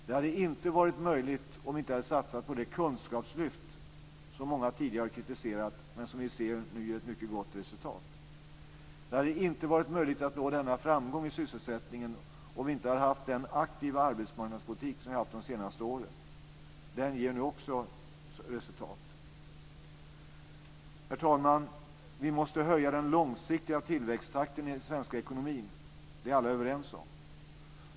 Det hade inte varit möjligt om vi inte hade satsat på det kunskapslyft som många tidigare har kritiserat men som vi nu ser ger ett mycket gott resultat. Det hade inte varit möjligt att nå denna framgång i sysselsättningen utan den aktiva arbetsmarknadspolitik som vi har haft de senaste åren. Också den ger nu resultat. Herr talman! Alla är överens om att vi måste höja den långsiktiga tillväxttakten i den svenska ekonomin.